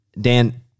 Dan